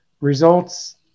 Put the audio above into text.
results